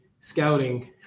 scouting